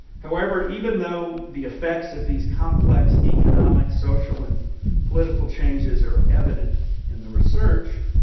however, even though the effects of these complex economic social and political changes are evident in the research,